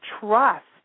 Trust